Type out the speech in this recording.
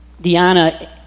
Diana